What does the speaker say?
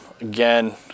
Again